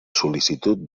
sol·licitud